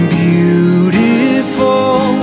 beautiful